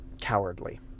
cowardly